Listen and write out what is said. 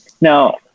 now